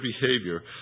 behavior